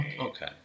Okay